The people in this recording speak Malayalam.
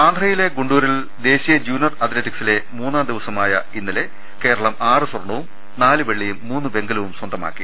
ആന്ധ്രയിലെ ഗുണ്ടൂരിൽ ദേശീയ ജൂനിയർ അത്ലറ്റിക്സിലെ മൂന്നാം ദിവസമായ ഇന്നലെ കേരളം ആറ് സ്വർണവും നാല് വെള്ളിയും മൂന്ന് വെങ്കലവും സ്വന്തമാക്കി